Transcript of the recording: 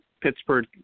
Pittsburgh